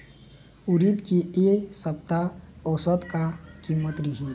उरीद के ए सप्ता औसत का कीमत रिही?